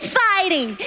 fighting